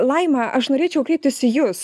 laima aš norėčiau kreiptis į jus